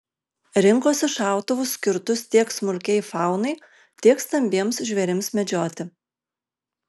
rinkosi šautuvus skirtus tiek smulkiai faunai tiek stambiems žvėrims medžioti